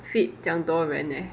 fit 这样多人 eh